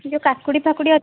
ଯେଉଁ କାକୁଡ଼ି ଫାକୁଡ଼ି ଅଛି